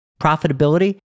profitability